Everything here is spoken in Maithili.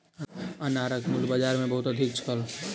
अनारक मूल्य बाजार मे बहुत अधिक छल